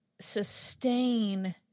sustain